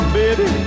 baby